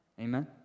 Amen